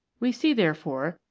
we see, therefore,